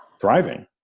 thriving